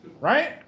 right